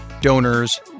donors